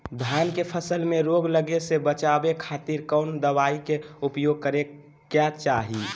धान के फसल मैं रोग लगे से बचावे खातिर कौन दवाई के उपयोग करें क्या चाहि?